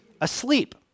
asleep